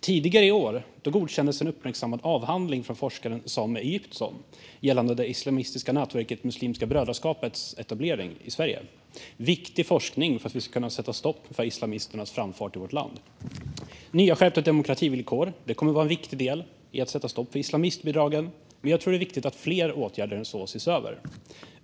Tidigare i år godkändes en uppmärksammad avhandling av forskaren Sameh Egyptson gällande det islamistiska nätverket Muslimska brödraskapets etablering i Sverige. Det är viktig forskning för att vi ska kunna sätta stopp för islamisternas framfart i vårt land. Nya, skärpta demokrativillkor kommer att vara en viktig del i att sätta stopp för islamistbidragen, men jag tror att det är viktigt att fler åtgärder än så ses över.